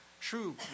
true